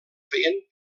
feien